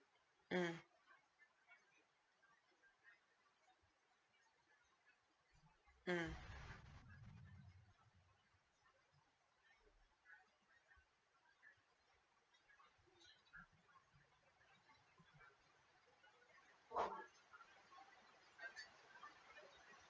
mm mm